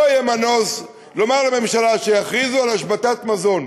לא יהיה מנוס לומר לממשלה שיכריזו על השבתת מזון.